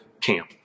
camp